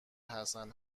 حسن